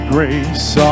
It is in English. Grace